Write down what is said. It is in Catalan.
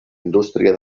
indústria